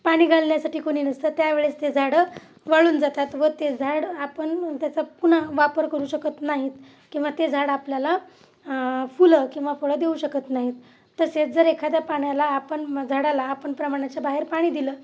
पाणी घालण्यासाठी कोणी नसतं त्यावेळेस ते झाडं वाळून जातात व ते झाड आपण त्याचा पुन्हा वापर करू शकत नाही किंवा ते झाड आपल्याला फुलं किंवा फळं देऊ शकत नाहीत तसेच जर एखाद्या पाण्याला आपण झाडाला आपण प्रमाणाच्या बाहेर पाणी दिलं